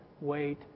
wait